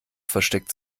versteckt